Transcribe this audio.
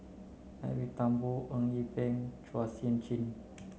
Edwin Thumboo Eng Yee Peng Chua Sian Chin